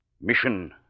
mission